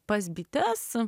pas bites